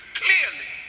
clearly